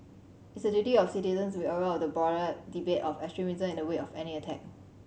it's the duty of citizens to be aware of the broader debate of extremism in the wake of any attack